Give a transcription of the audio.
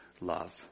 love